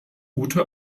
gute